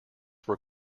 were